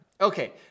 Okay